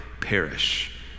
perish